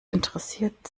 interessiert